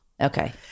Okay